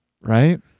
right